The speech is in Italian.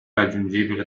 raggiungibile